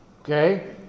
Okay